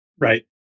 right